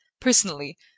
personally